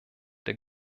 der